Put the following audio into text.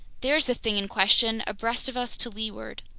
there's the thing in question, abreast of us to leeward!